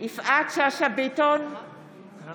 אינה